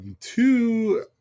two